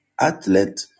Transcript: athlete